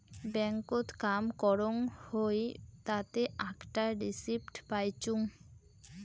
ব্যাংকত কাম করং হউ তাতে আকটা রিসিপ্ট পাইচুঙ